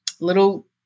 little